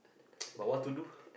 but what to do